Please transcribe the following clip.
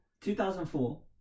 2004